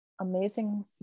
amazing